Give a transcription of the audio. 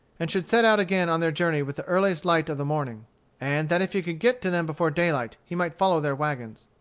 and should set out again on their journey with the earliest light of the morning and that if he could get to them before daylight, he might follow their wagons.